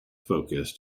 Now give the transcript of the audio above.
focus